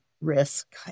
risk